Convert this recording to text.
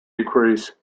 decrease